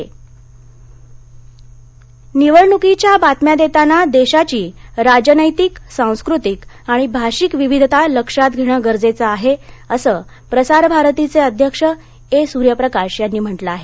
वत्त सेवा विभाग कार्यशाळा निवडणुकीच्या बातम्या देताना देशाची राजनैतिक सांस्कृतिक आणि भाषिक विविधता लाखात घेणं गरजेचं आहे असं प्रसार भारतीचे अध्यक्ष ए सूर्यप्रकाश यांनी म्हंटल आहे